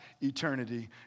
eternity